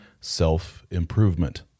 self-improvement